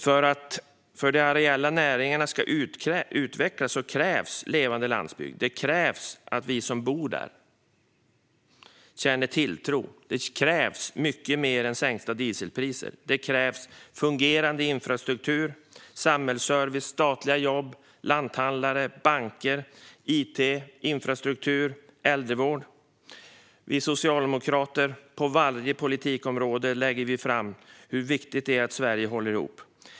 För att de areella näringarna ska utvecklas krävs en levande landsbygd, det krävs att vi som bor där känner tilltro, det krävs mycket mer än sänkta dieselpriser och det krävs fungerande infrastruktur, samhällsservice, statliga jobb, lanthandlare, banker, it, infrastruktur och äldrevård. På varje politikområde för vi socialdemokrater fram hur viktigt det är att Sverige håller ihop.